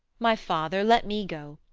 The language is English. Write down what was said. my father, let me go.